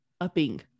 upping